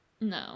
No